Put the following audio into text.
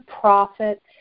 Profit